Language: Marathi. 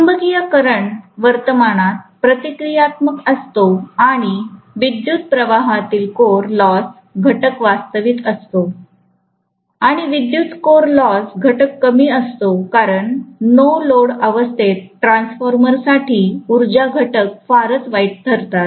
चुंबकीय करंट वर्तमानात प्रतिक्रियात्मक असतो आणि विद्युत्प्रवाहातील कोर लॉस घटक वास्तविक असतो आणि विद्युत्कोर लॉस घटक कमी असतो कारण नो लोड अवस्थेत ट्रान्सफॉर्मर साठी उर्जा घटक फारच वाईट ठरतात